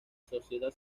sociedad